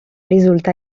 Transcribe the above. risulta